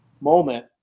moment